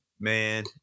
Man